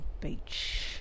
Beach